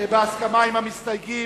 "בהסכמה עם המסתייגים".